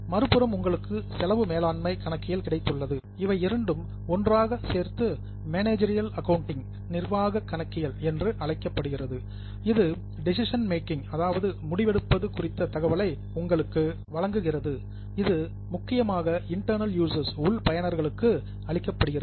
மறுபுறம் உங்களுக்கு செலவு மற்றும் மேலாண்மை கணக்கியல் கிடைத்துள்ளது இவை இரண்டும் ஒன்றாக சேர்த்து மேனேஜர்யல் அக்கவுண்டிங் நிர்வாக கணக்கியல் என்று அழைக்கப்படுகிறது இது டெசிஷன் மேக்கிங் அதாவது முடிவெடுப்பது குறித்த தகவலை உங்களுக்கு வழங்குகிறது இது முக்கியமாக இன்டர்ணல் யூஷர்ஸ் உள் பயனர்களுக்காக அளிக்கப்படுகிறது